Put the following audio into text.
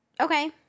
Okay